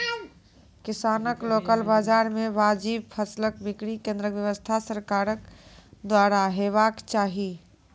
किसानक लोकल बाजार मे वाजिब फसलक बिक्री केन्द्रक व्यवस्था सरकारक द्वारा हेवाक चाही?